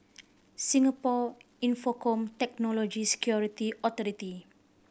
Singapore Infocomm Technology Security Authority